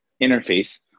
interface